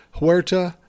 Huerta